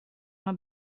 uma